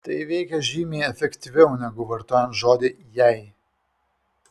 tai veikia žymiai efektyviau negu vartojant žodį jei